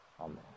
Amen